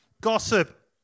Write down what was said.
Gossip